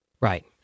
Right